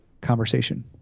conversation